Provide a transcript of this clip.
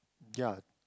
ya